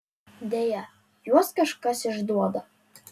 deja juos kažkas išduoda